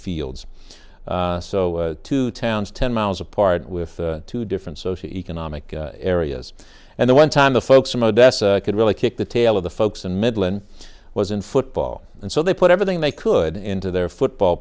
fields so two towns ten miles apart with two different socio economic areas and the one time the folks from odessa could really kick the tail of the folks in midland was in football and so they put everything they could into their football